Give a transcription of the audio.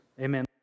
Amen